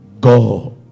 God